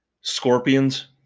Scorpions